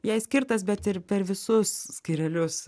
jai skirtas bet ir per visus skyrelius